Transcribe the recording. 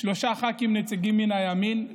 שלושה ח"כים נציגים מן הימין,